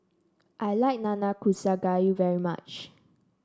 I like Nanakusa Gayu very much